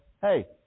hey